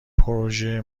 پروزه